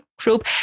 group